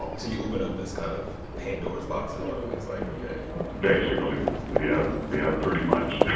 so. so you opened up this kind of pandora's box in a lot of ways. like, ok basically yeah, yeah pretty much